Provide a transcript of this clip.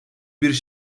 bir